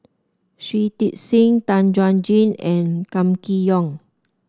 Shui Tit Sing Tan Chuan Jin and Kam Kee Yong